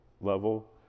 level